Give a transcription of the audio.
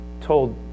told